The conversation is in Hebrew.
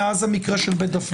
מאז המקרה של בית דפנה.